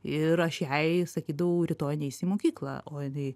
ir aš jai sakydavau rytoj neisi į mokyklą o jinai